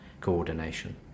coordination